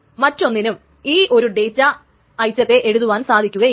കാരണം മറ്റൊന്നിനും ഈ ഒരു ഡേറ്റാ ഐറ്റത്തെ എഴുതുവാൻ സാധിക്കുകയില്ല